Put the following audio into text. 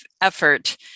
effort